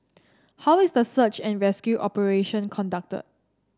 how is the search and rescue operation conducted